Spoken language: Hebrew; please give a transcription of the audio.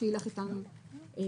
-- שילך איתנו קדימה.